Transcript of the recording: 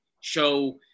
show –